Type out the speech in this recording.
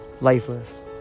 lifeless